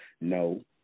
no